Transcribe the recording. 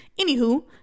Anywho